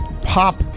pop